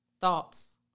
Thoughts